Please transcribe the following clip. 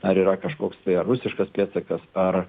ar yra kažkoks tai ar rusiškas pėdsakas ar